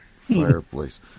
fireplace